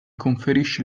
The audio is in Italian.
conferisce